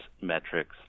metrics